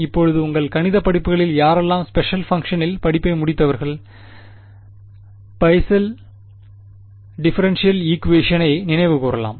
இப்போது உங்கள் கணித படிப்புகளில் யாரெல்லாம் ஸ்பெஷல் பங்க்ஷனில் படிப்பை முடித்தவர்கள் பெசல் டிஃபரென்ஷியல் ஈக்குவேஷனை நினைவு கூரலாம்